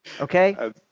Okay